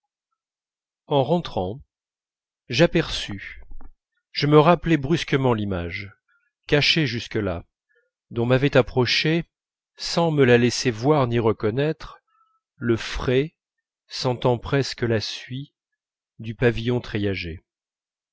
en rentrant j'aperçus je me rappelai brusquement l'image cachée jusque-là dont m'avait approché sans me la laisser voir ni reconnaître le frais sentant presque la suie du pavillon